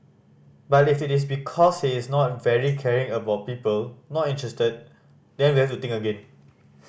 but if it is because he is not very caring about people not interested then we have to think again